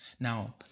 Now